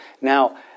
Now